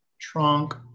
trunk